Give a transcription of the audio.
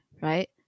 right